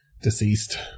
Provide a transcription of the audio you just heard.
Deceased